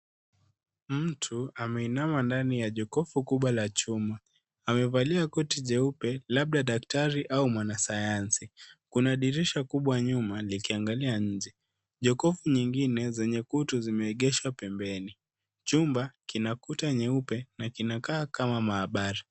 Mtu ameinama ndani ya jokofu kubwa la chuma. Amevalia koti jeupe labda daktari au mwanasayansi. Kuna dirisha kubwa nyuma likiangalia nje. Jokofu nyingine zenye kutu zimeegesha pembeni. Chumba kina kuta nyeupe na kinakaa kama maabara.